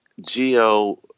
Geo